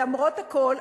למרות הכול,